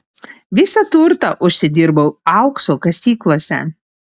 visą turtą užsidirbau aukso kasyklose